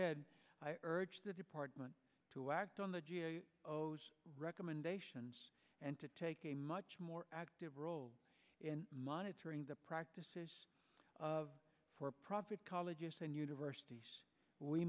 ed i urge the department to act on the recommendations and to take a much more active role in monitoring the practices of for profit colleges and universities we